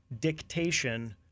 dictation